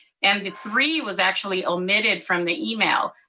and the three was actually omitted from the email,